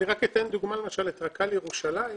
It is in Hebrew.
אני אתן כדוגמה את הרכבת הקלה בירושלים.